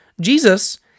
Jesus